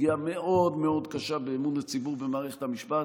פגיעה מאוד מאוד קשה באמון הציבור במערכת המשפט.